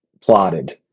plotted